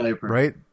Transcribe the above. Right